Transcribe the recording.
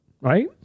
right